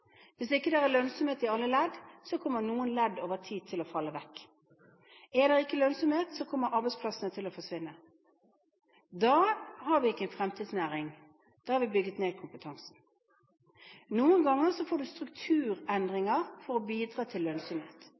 Hvis ikke det er lønnsomhet i alle ledd, kommer noen ledd over tid til å falle vekk. Er det ikke lønnsomhet, kommer arbeidsplassene til å forsvinne. Da har vi ikke en fremtidsnæring. Da har vi bygget ned kompetansen. Noen ganger får du strukturendringer for å bidra til lønnsomhet.